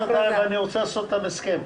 אני רוצה לעשות עם האוצר הסכם.